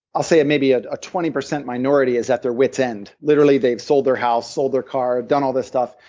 i'll say maybe ah a twenty percent minority is at their wit's end. literally they've sold their house, sold their car, done all this stuff,